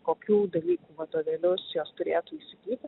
kokių dalykų vadovėlius jos turėtų įsigyti